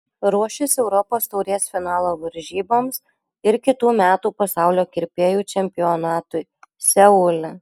ruošis europos taurės finalo varžyboms ir kitų metų pasaulio kirpėjų čempionatui seule